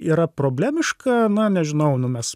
yra problemiška na nežinau nu mes